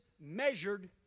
measured